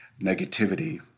negativity